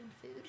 food